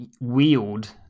wield